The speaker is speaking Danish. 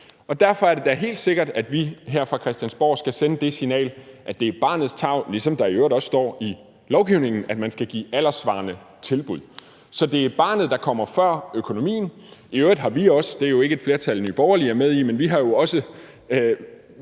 Derfor er det da helt sikkert, at vi her fra Christiansborgs side skal sende det signal, at det er barnets tarv, ligesom det i øvrigt også står i lovgivningen, at man skal give alderssvarende tilbud, så det er barnet, der kommer før økonomien. I øvrigt har vi også, og det er jo ikke et flertal, som Nye Borgerlige er med i, aftalt,